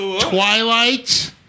Twilight